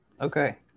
Okay